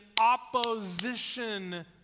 opposition